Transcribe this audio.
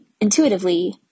intuitively